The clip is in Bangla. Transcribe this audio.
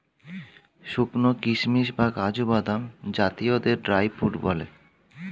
শুকানো কিশমিশ বা কাজু বাদাম জাতীয়দের ড্রাই ফ্রুট বলে